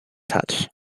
touch